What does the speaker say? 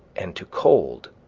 and to cold,